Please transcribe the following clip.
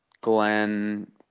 Glenn –